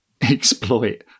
exploit